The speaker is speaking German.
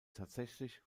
tatsächlich